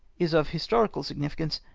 is of historical significance,